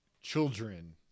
children